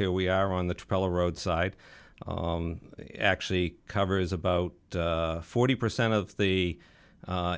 where we are on the problem road side actually covers about forty percent of the